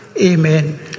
Amen